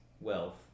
wealth